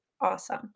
awesome